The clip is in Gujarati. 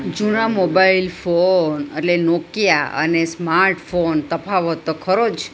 જૂના મોબાઈલ ફોન અટલે નોકીયા અને સ્માર્ટફોન તફાવત તો ખરો જ